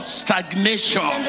stagnation